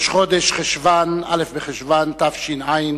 א' בחשוון תש"ע,